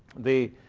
the